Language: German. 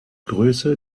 größe